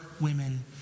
women